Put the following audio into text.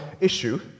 issue